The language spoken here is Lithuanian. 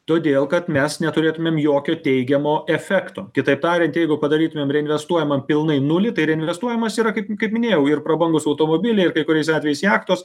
todėl kad mes neturėtumėm jokio teigiamo efekto kitaip tariant jeigu padarytumėm reinvestuojamam pilnai nulį tai ir reinvestuojamas yra kaip kaip minėjau ir prabangūs automobiliai ir kai kuriais atvejais jachtos